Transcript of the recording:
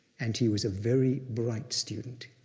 and he was a very bright student.